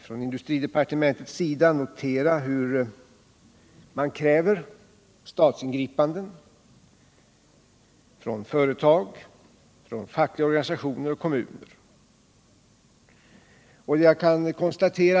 Från industridepartementets sida noterar vi att företag, fackliga organisationer och kommuner direkt kräver statsingripanden.